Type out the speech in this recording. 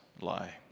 lie